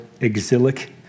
exilic